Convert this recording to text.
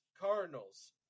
Cardinals